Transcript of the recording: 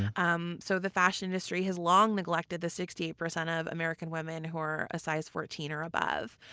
um so the fashion industry has long neglected the sixty eight percent of american women who are a size fourteen or above.